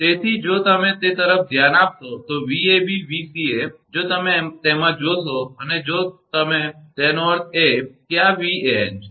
તેથી જો તમે તે તરફ ધ્યાન આપશો તો 𝑉𝑎𝑏 𝑉𝑐𝑎 જો તમે તેમાં જોશો અને જો તમે તેનો અર્થ કે આ તમારો 𝑉𝑎𝑛 છે